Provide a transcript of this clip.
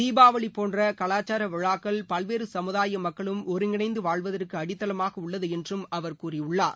தீபாவளி போன்ற கலாச்சார விழாக்கள் பல்வேறு சமுதாய மக்களும் ஒருங்கிணைந்து வாழ்வதற்கு அடித்தளமாக உள்ளது என்றும் அவர் கூறியுள்ளார்